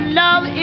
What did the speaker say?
love